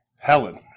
helen